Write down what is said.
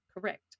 correct